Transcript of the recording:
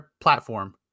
platform